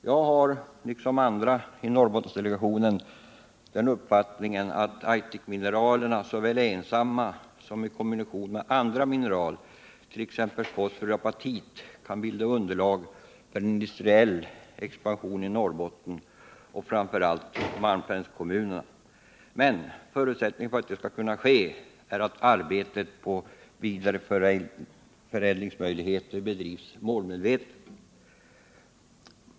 Jag har liksom andra i Norrbottensdelegationen den uppfattningen att Aitikmineralen såväl ensamma som i kombination med andra mineral,t.ex. fosfor ur apatit, kan bilda underlag för en industriell expansion i Norrbotten och framför allt i malmfältskommunerna. Men förutsättningen för att detta skall kunna ske är att arbetet med att finna vidareförädlingsmöjligheter bedrivs målmedvetet.